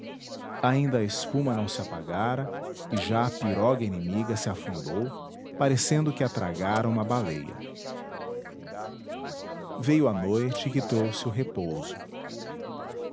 a espuma não se apagara e já a piroga inimiga se afundou parecendo que a tragara uma baleia veio a noite que trouxe o repouso